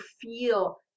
feel